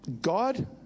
god